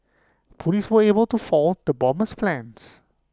Police were able to foil the bomber's plans